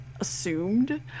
assumed